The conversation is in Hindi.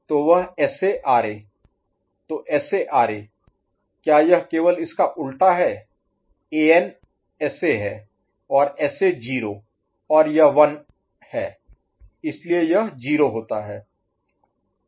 तो वह SA RA तो SA RA क्या यह केवल इसका उलटा है An SA है और SA 0 और यह 1 है इसलिए यह 0 होता है